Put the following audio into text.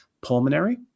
pulmonary